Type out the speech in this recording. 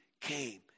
came